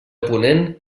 ponent